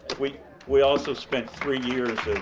we we also spent three years